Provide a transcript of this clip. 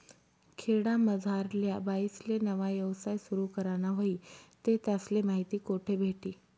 खेडामझारल्या बाईसले नवा यवसाय सुरु कराना व्हयी ते त्यासले माहिती कोठे भेटी?